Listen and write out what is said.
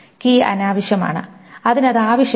key അനാവശ്യമാണ് അതിന് അത് ആവശ്യമില്ല